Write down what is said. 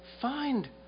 find